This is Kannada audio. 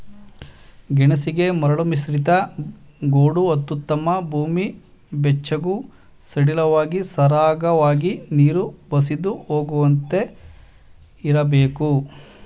ಗೆಣಸಿಗೆ ಮರಳುಮಿಶ್ರಿತ ಗೋಡು ಅತ್ಯುತ್ತಮ ಭೂಮಿ ಬೆಚ್ಚಗೂ ಸಡಿಲವಾಗಿ ಸರಾಗವಾಗಿ ನೀರು ಬಸಿದು ಹೋಗುವಂತೆ ಇರ್ಬೇಕು